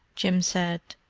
jim said.